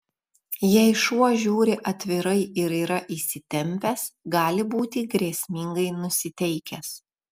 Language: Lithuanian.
jei šuo žiūri atvirai ir yra įsitempęs gali būti grėsmingai nusiteikęs